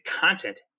content